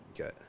Okay